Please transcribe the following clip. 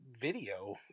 video